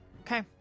Okay